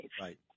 Right